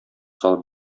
салып